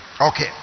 Okay